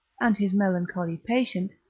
and his melancholy patient,